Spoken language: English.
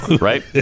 Right